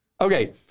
Okay